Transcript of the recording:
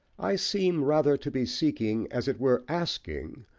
i seem rather to be seeking, as it were asking,